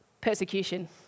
Persecution